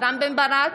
רם בן ברק,